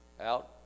Out